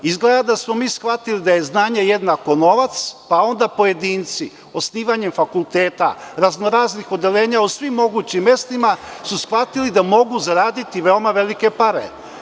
Izgleda da smo mi shvatili da je znanje jednako novac, pa onda pojedinci osnivanjem fakulteta, raznoraznih odeljenja u svim mogućim mestima su shvatili da mogu zaraditi veoma velike pare.